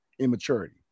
Immaturity